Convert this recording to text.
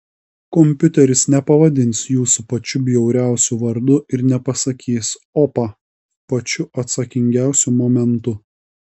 kompiuteris nepavadins jūsų pačiu bjauriausiu vardu ir nepasakys opa pačiu atsakingiausiu momentu